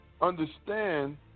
understand